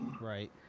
Right